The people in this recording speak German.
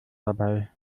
dabei